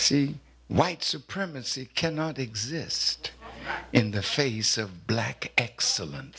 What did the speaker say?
about white supremacy cannot exist in the face of black excellen